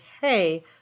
hey